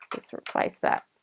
just replace that